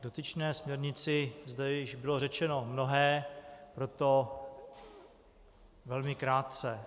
K dotyčné směrnici zde již bylo řečeno mnohé, proto velmi krátce.